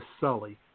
sully